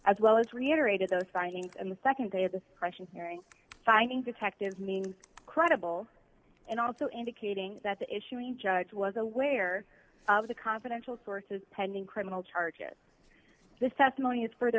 as well as reiterated those findings and the nd day of the suppression hearing findings detectives means credible and also indicating that the issuing judge was aware of the confidential sources pending criminal charges this testimony is further